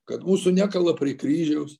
kad mūsų nekala prie kryžiaus